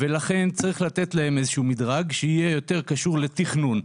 ולכן צריך לתת להם איזשהו מדרג שיהיה יותר קשור לתכנון.